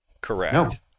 Correct